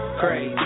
crazy